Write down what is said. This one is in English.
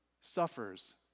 suffers